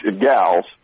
gals